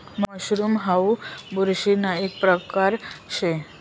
mushroom हाऊ बुरशीना एक परकार शे